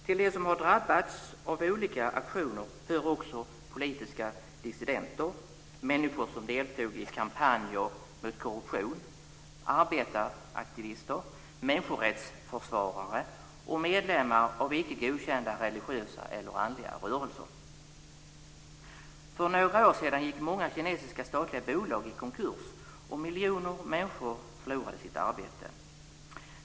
Till de som har drabbats av olika aktioner hör också politiska dissidenter, människor som deltog i kampanjer mot korruption, arbetaraktivister, människorättsförsvarare och medlemmar av icke godkända religiösa eller andliga rörelser. För några år sedan gick många kinesiska statliga bolag i konkurs, och miljoner människor förlorade sitt arbete.